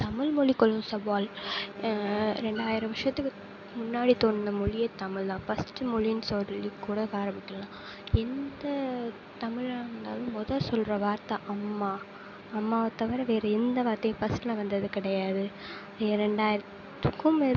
தமிழ்மொழி கொள்ளும் சவால் ரெண்டாயிரம் வருஷத்துக்கு முன்னாடி தோன்றின மொழியே தமிழ்தான் ஃபஸ்ட் மொழினு சொல்லிக்கூட ஆரமிக்கலாம் எந்த தமிழாக இருந்தாலும் மொதல் சொல்கிற வார்த்தை அம்மா அம்மாவை தவிர வேறு எந்த வார்த்தையும் ஃபஸ்ட்டில் வந்தது கிடையாது இரண்டாயிரதுக்கும் மேற்பட்ட